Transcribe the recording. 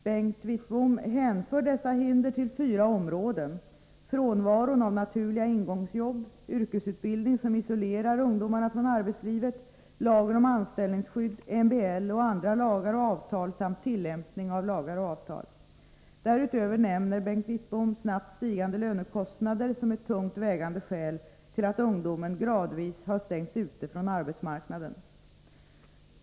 Bengt Wittbom hänför dessa hinder till fyra områden: frånvaron av naturliga ingångsjobb, yrkesutbildning som isolerar ungdomarna från arbetslivet, lagen om anställningsskydd, MBL och andra lagar och avtal samt tillämpning av lagar och avtal. Därutöver nämner Bengt Wittbom snabbt stigande lönekostnader som ett tungt vägande skäl till att ungdomen gradvis har stängts ute från arbetsmarknaden.